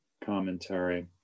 commentary